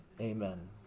amen